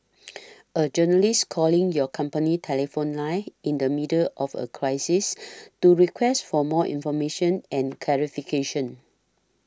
a journalist calling your company telephone line in the middle of a crisis to request for more information and clarifications